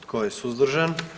Tko je suzdržan?